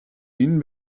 wien